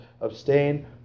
Abstain